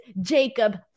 Jacob